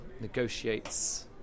negotiates